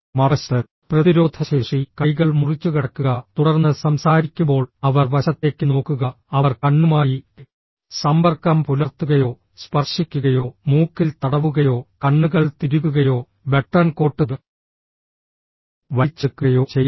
മറുവശത്ത് പ്രതിരോധശേഷി കൈകൾ മുറിച്ചുകടക്കുക തുടർന്ന് സംസാരിക്കുമ്പോൾ അവർ വശത്തേക്ക് നോക്കുക അവർ കണ്ണുമായി സമ്പർക്കം പുലർത്തുകയോ സ്പർശിക്കുകയോ മൂക്കിൽ തടവുകയോ കണ്ണുകൾ തിരുകുകയോ ബട്ടൺ കോട്ട് വലിച്ചെടുക്കുകയോ ചെയ്യുന്നില്ല